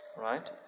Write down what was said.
Right